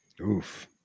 Oof